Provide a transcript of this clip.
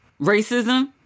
racism